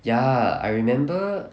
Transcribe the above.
ya I remember